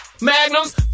magnums